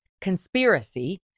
conspiracy